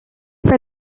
for